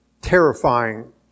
terrifying